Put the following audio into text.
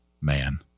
man